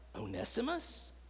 Onesimus